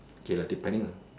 okay lah depending lah